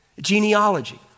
genealogy